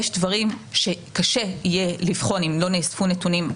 יש דברים שקשה יהיה לבחון אם לא נאספו נתונים.